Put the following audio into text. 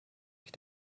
mich